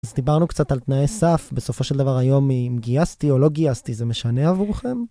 אז דיברנו קצת על תנאי סף, בסופו של דבר היום אם גייסתי או לא גייסתי, זה משנה עבורכם?